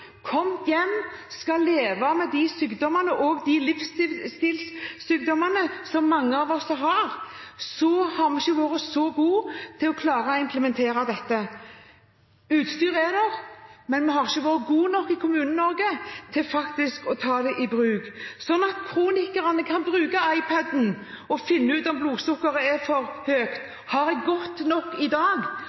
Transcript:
hjem og skal leve med de sykdommene og de livsstilssykdommene som mange av oss har, har vi ikke vært så gode til å klare å implementere dette. Utstyret er der, men vi har ikke vært gode nok i Kommune-Norge til faktisk å ta det i bruk, slik at kronikerne kan bruke iPad-en og finne ut om blodsukkeret er for høyt. Har jeg gått nok i dag,